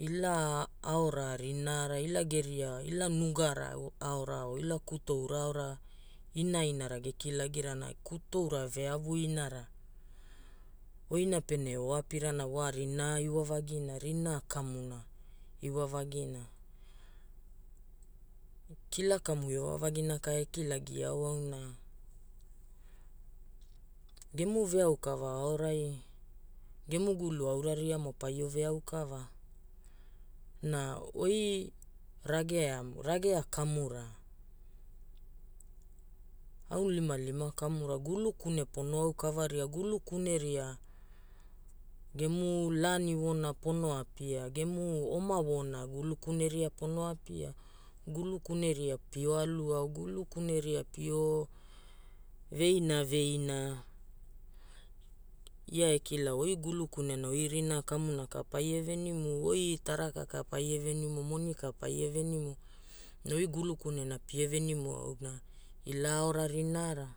ila aora rinaara ila geria ila nugara aora oo ila kutoura aona inainara gekilagirana, kutoura veavu inara. Oina pene oapirana wa rinaa iwa vagina, rinaa kamuna iwavagina. Kila kamuna ekilagiao auna, gemu veaukava aoraigemu hulu auriama ria paio veau kava. Noi oi ragea rage kamura aulimalima kamura gulu kune pro au kavaria, gulu kuneraria gemu laani wa=oona pona apia, gem oma woona gulu kune ria pono apia, gulukune ria pio alu ao, gulu kune ria pio veina veina. Ia ekilao, oi gulu kunera oi riraa kamuna ka paiee venimu, oi taraka ka paiee venimu, oi moni ka paiee venimu. Na oi gulu kunena pia venimu auna ila aora rinaara